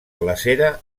glacera